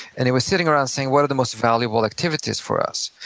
and they were sitting around saying, what are the most valuable activities for us?